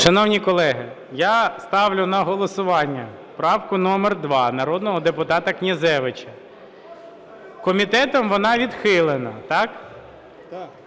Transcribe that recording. Шановні колеги, я ставлю на голосування правку номер 2, народного депутата Князевича. Комітетом вона відхилена. Так?